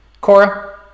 Cora